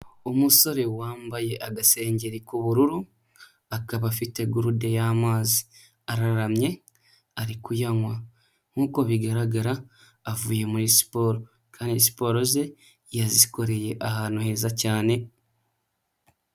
Umusore wambaye agasengeri k'ubururu, akaba afite gurude y'amazi. Araramye ari kuyanywa, nk'uko bigaragara avuye muri siporo kandi siporo ze yazikoreye ahantu heza cyane.